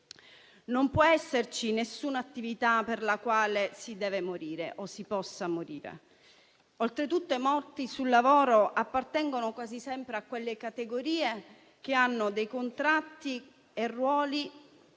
Non può esserci attività per la quale si deve o si possa morire. Oltretutto, i morti sul lavoro appartengono quasi sempre a quelle categorie che hanno contratti e ruoli con